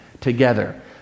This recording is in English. together